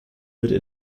würde